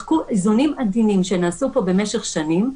מחקו איזונים עדינים שנעשו פה במשך שנים,